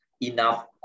Enough